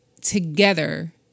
Together